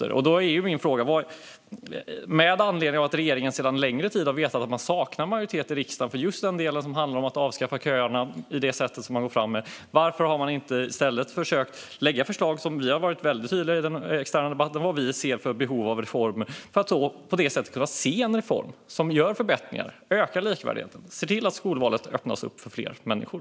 Regeringen har en längre tid vetat att man saknar majoritet i riksdagen för just den del som handlar om att avskaffa köerna på det sätt som man går fram med. Vi har varit väldigt tydliga i den externa debatten med vad vi ser för behov av reformer. Varför har man inte i stället försökt att lägga fram förslag för att få till en reform som skapar förbättringar, ökar likvärdigheten och ser till att skolvalet öppnas upp för fler människor?